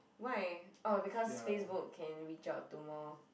why oh because Facebook can reach out to more